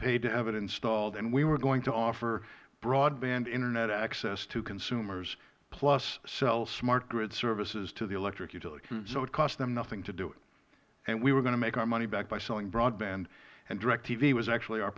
paid to have it installed and we were going to offer broadband internet access to consumers plus sell smart grid services to the electric utility so it cost them nothing to do it and we were going to make our money back by selling broadband directv was actually our